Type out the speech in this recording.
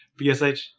PSH